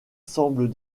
semblent